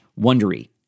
Wondery